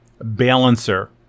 Balancer